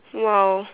!wow!